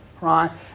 Right